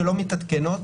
שלא מתעדכנות,